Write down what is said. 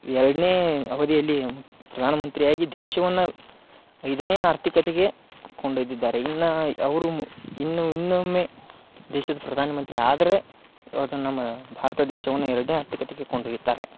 ಎರಡನೇ ಅವಧಿಯಲ್ಲಿ ಪ್ರಧಾನ ಮಂತ್ರಿಯಾಗಿ ದೇಶವನ್ನ ಐದನೇ ಆರ್ಥಿಕತೆಗೆ ಕೊಂಡೊಯ್ದಿದ್ದಾರೆ ಇನ್ನ ಅವರು ಮು ಇನ್ನು ಇನ್ನೊಮ್ಮೆ ದೇಶದ ಪ್ರಧಾನ ಮಂತ್ರಿ ಆದರೆ ಅದು ನಮ್ಮ ಭಾರತ ದೇಶವನ್ನ ಎರಡನೇ ಹಂತಕೆ ತೆಗೆದುಕೊಂಡೊಯ್ಯುತ್ತಾರೆ